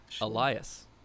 Elias